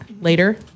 later